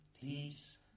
peace